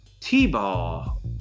t-ball